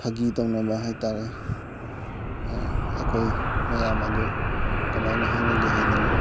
ꯐꯥꯒꯤ ꯇꯧꯅꯕ ꯍꯥꯏꯕꯇꯥꯔꯦ ꯑꯩꯈꯣꯏ ꯃꯌꯥꯝ ꯑꯗꯨ ꯀꯃꯥꯏꯅ ꯍꯥꯏꯅꯒꯦ ꯍꯥꯏꯗꯅ